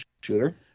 Shooter